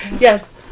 Yes